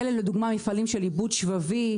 למשל: מפעלים של עיבוד שבבי,